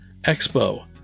expo